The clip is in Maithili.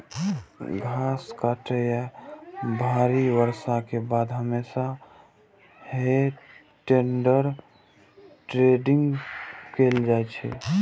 घास काटै या भारी बर्षा के बाद हमेशा हे टेडर टेडिंग कैल जाइ छै